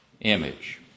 image